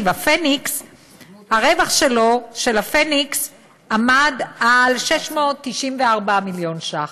הרווח של הפניקס עמד על 694 מיליון שקלים.